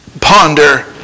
ponder